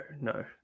no